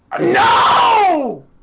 no